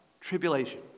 tribulation